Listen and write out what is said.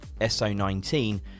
SO19